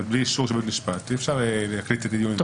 בלי אישור של בית משפט אי אפשר להקליט דיונים.